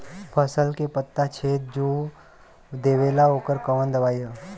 फसल के पत्ता छेद जो देवेला ओकर कवन दवाई ह?